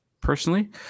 personally